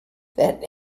that